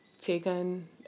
taken